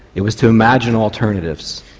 it was to imagine alternatives.